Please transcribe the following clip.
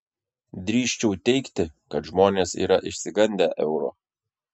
drįsčiau teigti kad žmonės yra išsigandę euro